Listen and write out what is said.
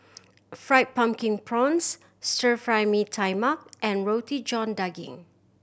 Fried Pumpkin Prawns Stir Fry Mee Tai Mak and Roti John Daging